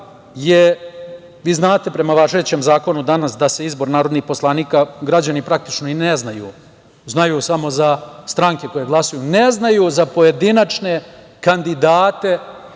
vi znate, prema važećem zakonu danas da se izbor narodnih poslanika, građani praktično i ne znaju, znaju samo za stranke koje glasaju, ne znaju za pojedinačne kandidate,